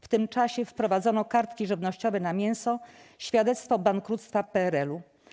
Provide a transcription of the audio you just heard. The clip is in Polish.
W tym czasie wprowadzono kartki żywnościowe na mięso - świadectwo bankructwa PRL.